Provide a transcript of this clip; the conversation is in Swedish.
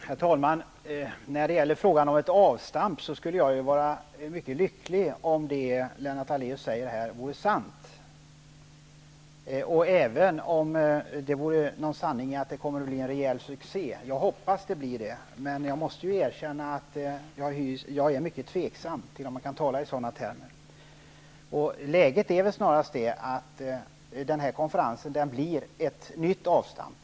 Herr talman! När det gäller frågan om ett avstamp skulle jag vara mycket lycklig om det Lennart Daléus säger här vore sant. Jag hoppas ju också att det skulle ligga någon sanning i att det kommer att bli en verklig succé. Men jag måste erkänna att jag är mycket tveksam till om man kan tala i sådana termer. Läget är väl snarast att den här konferensen kommer att bli ett nytt avstamp.